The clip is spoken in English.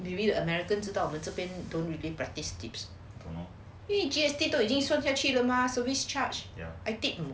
maybe the americans 知道我们这边 don't really practice tips 因为 G_S_T 都已经算下去了 mah service charge 还 tip